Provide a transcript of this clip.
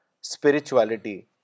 spirituality